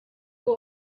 were